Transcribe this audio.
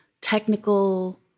technical